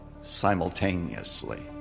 simultaneously